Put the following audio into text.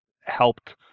helped